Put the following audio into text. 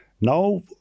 Now